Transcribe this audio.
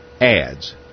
Ads